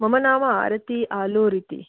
मम नाम आरती आलोरिती